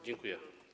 Dziękuję.